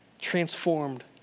Transformed